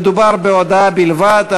מדובר בהודעה בלבד.